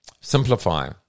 Simplify